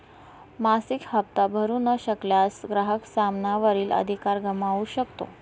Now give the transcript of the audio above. मासिक हप्ता भरू न शकल्यास, ग्राहक सामाना वरील अधिकार गमावू शकतो